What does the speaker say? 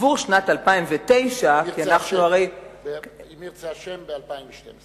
עבור שנת 2009, אם ירצה השם ב-2012.